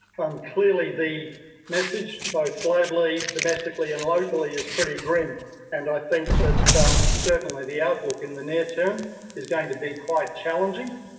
um clearly, the message, both globally, domestically and locally is pretty grim and i think that certainly the outlook in the near term is going to be quite challenging.